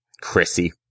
Chrissy